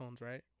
right